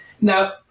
Now